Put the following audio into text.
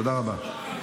תודה רבה.